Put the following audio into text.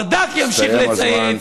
ברדק ימשיך לצייץ, הסתיים הזמן.